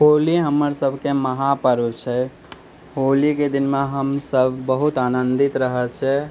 होली हमर सभके महा पर्व छै होलीके दिनमे हमसभ बहुत आनंदित रहैत छियै